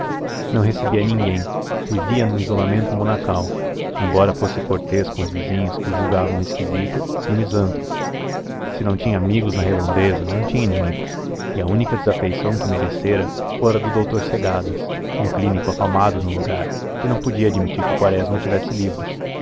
não recebia ninguém vivia num isolamento monacal embora fosse cortês com os vizinhos que o julgavam esquisito e misantropo se não tinha amigos na redondeza não tinha inimigos e a única desafeição que merecera fora a do doutor segadas um clínico afamado no lugar que não podia admitir que quaresma tivesse livros